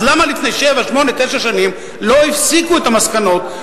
אז למה לפני שבע-שמונה-תשע שנים לא הסיקו את המסקנות,